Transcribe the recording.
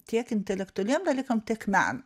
tiek intelektualiem dalykam tiek menui